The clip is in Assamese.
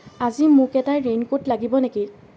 আজি মোক এটা ৰেইনকোট লাগিব নেকি